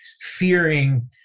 fearing